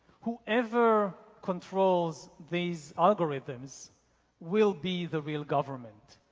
whoever controls these algorithms will be the real government.